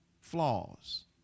flaws